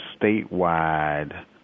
statewide